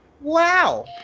Wow